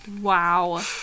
Wow